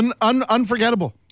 Unforgettable